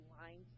lines